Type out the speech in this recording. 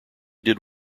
did